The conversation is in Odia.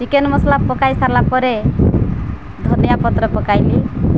ଚିକେନ ମସଲା ପକାଇ ସାରିଲା ପରେ ଧନିଆ ପତ୍ର ପକାଇଲି